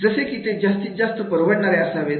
जसे की ते जास्तीत जास्त परवडणारे असावे